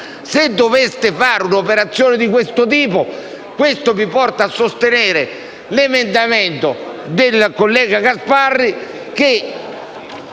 Se doveste fare un'operazione di questo tipo mi porterete a sostenere l'emendamento del collega Gasparri che,